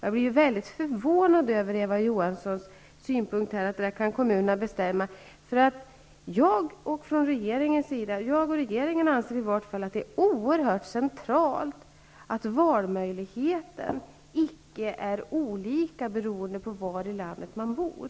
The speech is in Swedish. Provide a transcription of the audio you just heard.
Jag blir väldigt förvånad över Eva Johanssons synpunkt, att kommunerna här kan bestämma. Jag och regeringen anser i alla fall att det är oerhört centralt att valmöjligheten icke är olika beroende på var i landet man bor.